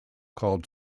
called